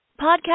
Podcast